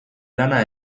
lana